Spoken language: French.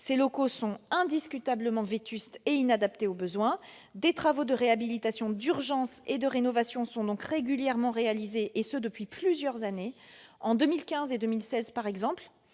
ses locaux sont indiscutablement vétustes et inadaptés aux besoins. Des travaux de réhabilitation d'urgence et de rénovation sont donc régulièrement réalisés, et ce depuis plusieurs années. En 2015 et 2016, par exemple,